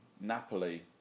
Napoli